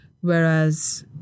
Whereas